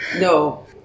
No